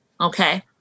Okay